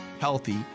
healthy